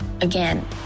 Again